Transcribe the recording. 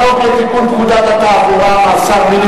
תודה רבה, אדוני היושב-ראש, אדוני השר,